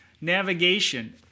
navigation